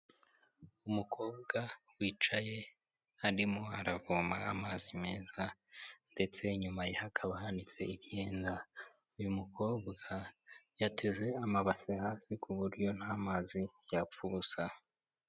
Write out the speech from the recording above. Umukobwa wicaye arimo aravoma amazi meza ndetse, inyuma ye hakaba hanitse imyenda uyu mukobwa yateze amabase hasi ku buryo nta mazi yapfa ubusa.